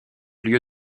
lieu